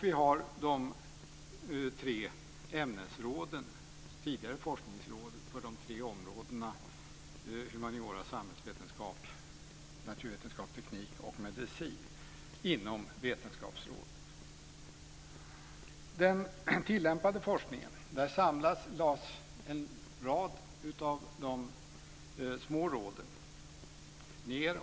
Vi har också de tre ämnesråden inom Vetenskapsrådet, tidigare forskningsråd, för områdena humaniorasamhällsvetenskap, naturvetenskap-teknik och medicin. I den tillämpade forskningen samlas flera av de små råden.